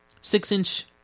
six-inch